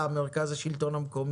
האם זה חוזה שנותן השירות הוא לא צד לו.